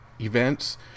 events